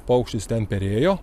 paukštis ten perėjo